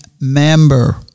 member